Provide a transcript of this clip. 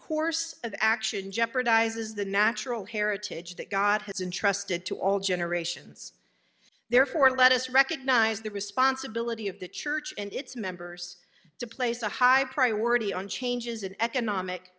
course of action jeopardizes the natural heritage that god has intrusted to all generations therefore let us recognize the responsibility of the church and its members to place a high priority on changes in economic